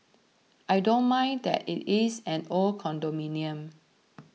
I don't mind that it is an old condominium